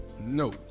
No